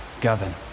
govern